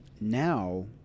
now